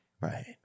Right